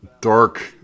dark